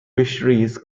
fisheries